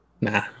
Nah